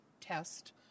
test